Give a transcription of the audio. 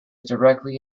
directly